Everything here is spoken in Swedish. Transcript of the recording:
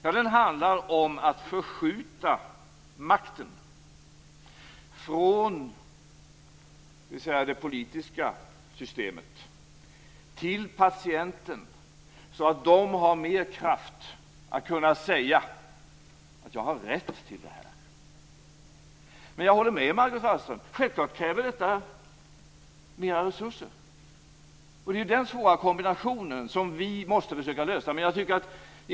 Jo, den handlar om att makten förskjuts från det politiska systemet till patienterna, så att de har mer kraft att säga att de har rätt till vården. Jag håller med Margot Wallström om att detta självfallet kräver mer resurser. Det är den svåra kombinationen vi måste försöka åstadkomma.